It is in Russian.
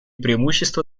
преимущества